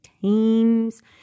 teams